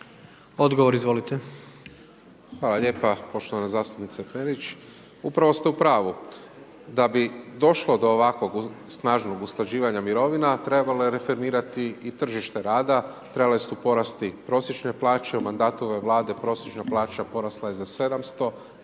Marko (HDZ)** Hvala lijepo poštovana zastupnice Perić, upravo ste u pravu, da bi došlo do ovakvog snažnog usklađivanja mirovina, trebalo je referirati i tržište rada, trebale su porasti prosječne plaće u mandatu ove vlade, prosječna plaća porasla je za 710